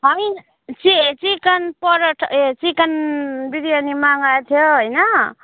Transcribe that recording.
होइन के चिकन परौठा ए चिकन बिरयानी मगाएको थियो होइन